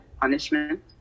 punishment